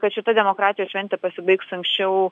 kad šita demokratijos šventė pasibaigs anksčiau